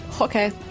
Okay